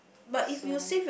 so